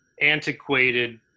antiquated